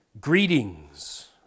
Greetings